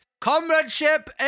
comradeship